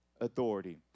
authority